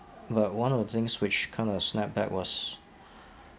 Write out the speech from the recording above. but one of the things which kind of snap back was